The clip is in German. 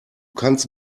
kannst